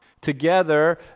together